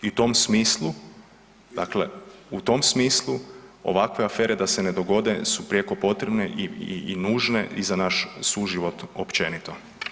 I u tom smislu, dakle u tom smislu ovakve afere da se ne dogode su prijeko potrebne i nužne i za naš suživot općenito.